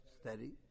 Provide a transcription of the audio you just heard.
steady